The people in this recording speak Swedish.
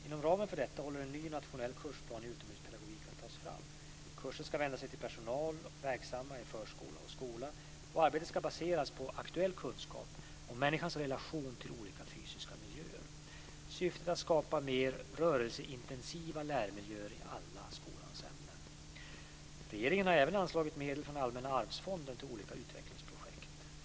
Inom ramen för detta håller en ny nationell kursplan i utomhuspedagogik på att tas fram. Kursen ska vända sig till personal verksam i förskolan och skolan och arbetet ska baseras på aktuell kunskap om människans relation till olika fysiska miljöer. Syftet är att skapa mer rörelseintensiva lärmiljöer i alla skolans ämnen. Regeringen har även anslagit medel från Allmänna arvsfonden till olika utvecklingsprojekt.